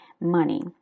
money